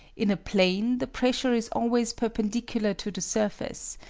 in a plane the pressure is always perpendicular to the surface,